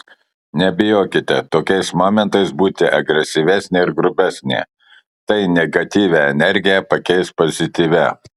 nebijokite tokiais momentais būti agresyvesnė ir grubesnė tai negatyvią energiją pakeis pozityvia